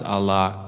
Allah